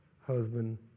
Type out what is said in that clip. husband